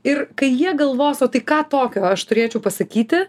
ir kai jie galvos o tai ką tokio aš turėčiau pasakyti